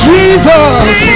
Jesus